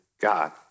God